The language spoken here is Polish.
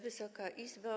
Wysoka Izbo!